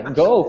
go